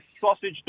sausage